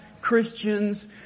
Christians